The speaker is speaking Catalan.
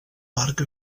parc